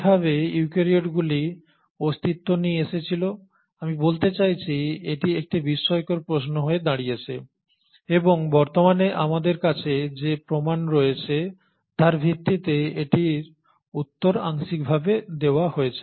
কীভাবে ইউক্যারিওটগুলি অস্তিত্ব নিয়ে এসেছিল আমি বলতে চাইছি এটি একটি বিস্ময়কর প্রশ্ন হয়ে দাঁড়িয়েছে এবং বর্তমানে আমাদের কাছে যে প্রমাণ রয়েছে তার ভিত্তিতে এটির উত্তর আংশিকভাবে দেওয়া হয়েছে